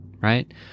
right